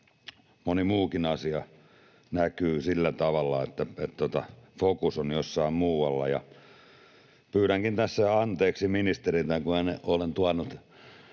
moni muukin asia näkyy sillä tavalla, että fokus on jossain muualla. Pyydänkin tässä anteeksi ministeriltä, kun olen tuonut